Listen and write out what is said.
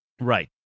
Right